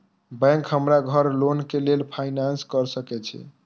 Bank हमरा घर loan के लेल फाईनांस कर सके छे?